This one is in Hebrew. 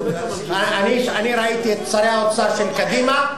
אני ראיתי את שר האוצר של קדימה,